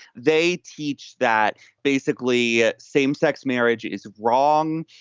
they teach that basically ah same sex marriage is wrong,